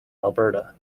alberta